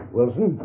Wilson